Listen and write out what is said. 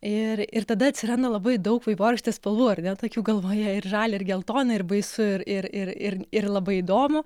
ir ir tada atsiranda labai daug vaivorykštės spalvų ar ne tokių galvoje ir žalia ir geltona ir baisu ir ir ir ir labai įdomu